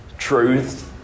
truth